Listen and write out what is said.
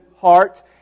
heart